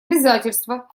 обязательство